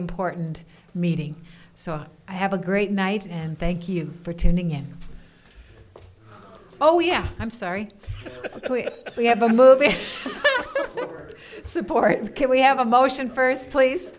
important meeting so i have a great night and thank you for tuning in oh yeah i'm sorry we have a movie support can we have a motion first place